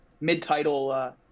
mid-title